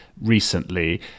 recently